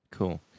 Cool